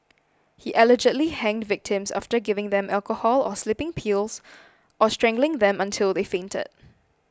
he allegedly hanged victims after giving them alcohol or sleeping pills or strangling them until they fainted